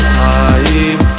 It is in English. time